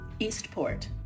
Eastport